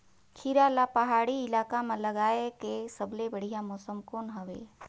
खीरा ला पहाड़ी इलाका मां लगाय के सबले बढ़िया मौसम कोन हवे?